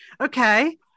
Okay